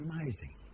amazing